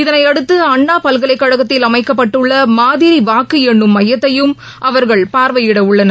இதனையடுத்து அண்ணா பல்கலைக் கழகத்தில் அமைக்கப்பட்டுள்ள மாதிரி வாக்கு எண்ணும் மையத்தையும் அவர்கள் பார்வையிட உள்ளனர்